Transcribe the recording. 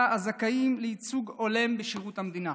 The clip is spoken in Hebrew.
הזכאית לייצוג הולם בשירות המדינה.